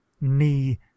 knee